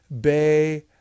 Bay